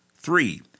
Three